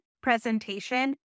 presentation